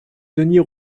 denys